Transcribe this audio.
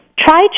Try